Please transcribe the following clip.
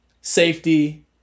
Safety